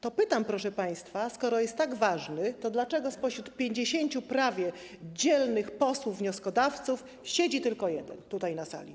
To pytam, proszę państwa: Skoro jest tak ważny, to dlaczego spośród prawie 50 dzielnych posłów wnioskodawców, siedzi tylko jeden tutaj, na sali?